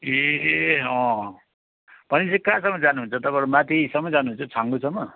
ए भने पछि कहाँसम्म जानु हुन्छ तपाईँहरू माथिसम्म जानु हुन्छ छाङ्गुसम्म